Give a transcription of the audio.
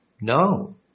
No